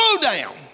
down